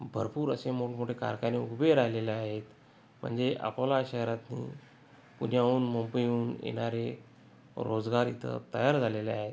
भरपूर असे मोठमोठे कारखाने उभे राहिलेले आहेत म्हणजे अकोला शहरातून पुण्याहून मोकळे होऊन येणारे रोजगार इथं तयार झालेले आहेत